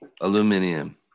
Aluminium